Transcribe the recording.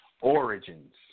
Origins